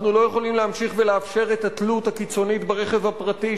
אנחנו לא יכולים להמשיך לאפשר את התלות הקיצונית ברכב הפרטי,